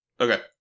Okay